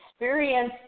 experience